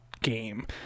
game